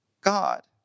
God